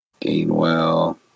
Gainwell